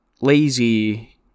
lazy